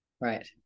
right